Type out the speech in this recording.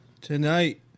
tonight